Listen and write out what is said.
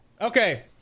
Okay